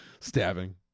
Stabbing